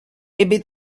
ebbe